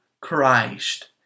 Christ